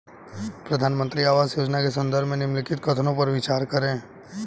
प्रधानमंत्री आवास योजना के संदर्भ में निम्नलिखित कथनों पर विचार करें?